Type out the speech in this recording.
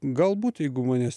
galbūt jeigu manęs